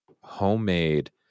homemade